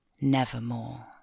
Nevermore